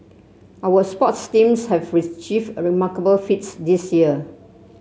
our sports teams have achieved remarkable feats this year